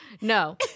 No